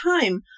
time